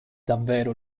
davvero